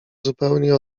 zupełnie